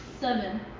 seven